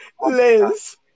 Liz